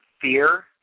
fear